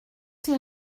ces